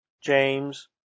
James